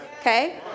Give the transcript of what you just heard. okay